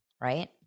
right